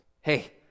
hey